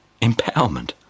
empowerment